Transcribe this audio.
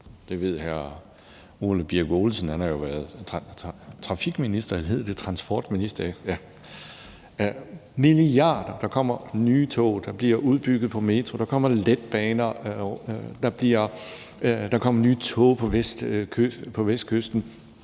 Det ved hr. Ole Birk Olesen. Han har jo været trafikminister, eller hed det transportminister? Milliarder! Der kommer nye tog. Der bliver udbygget på metro. Der kommer letbaner. Der kommer nye tog på Vestkysten,